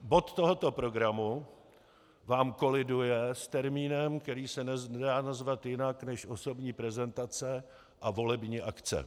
Bod tohoto programu vám koliduje s termínem, který se nedá nazvat jinak než osobní prezentace a volební akce.